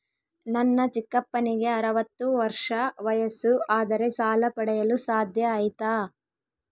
ನನ್ನ ಚಿಕ್ಕಪ್ಪನಿಗೆ ಅರವತ್ತು ವರ್ಷ ವಯಸ್ಸು ಆದರೆ ಸಾಲ ಪಡೆಯಲು ಸಾಧ್ಯ ಐತಾ?